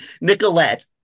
Nicolette